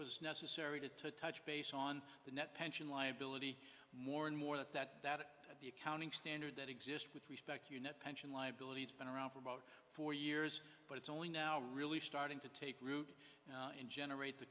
was necessary to to touch base on the net pension liability more and more than that that the accounting standards that exist with respect to you know pension liabilities been around for about four years but it's only now really starting to take root and generate the